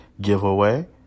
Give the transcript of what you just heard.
giveaway